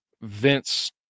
Vince